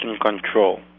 control